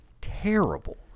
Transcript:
terrible